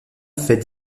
fait